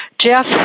Jeff